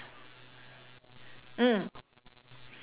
mm